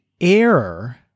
error